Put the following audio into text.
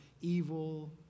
Evil